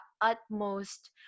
utmost